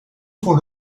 voor